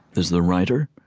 there's the writer,